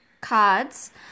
cards